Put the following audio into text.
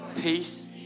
peace